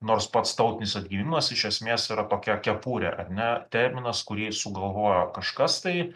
nors pats tautinis atgimimas iš esmės yra tokia kepurė ar ne terminas kurį sugalvojo kažkas tai